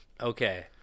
Okay